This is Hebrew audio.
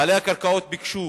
בעלי הקרקעות ביקשו